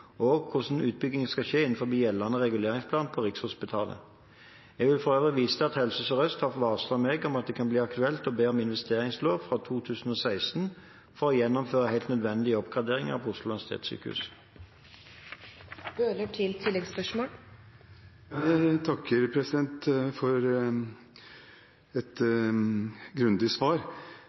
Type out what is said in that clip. og hvordan utbyggingen skal skje innenfor gjeldende reguleringsplan på Rikshospitalet. Jeg vil for øvrig vise til at Helse Sør-Øst har varslet meg om at det kan bli aktuelt å be om investeringslån fra 2016 for å gjennomføre helt nødvendige oppgraderinger på Oslo universitetssykehus. Jeg takker for et grundig svar. Det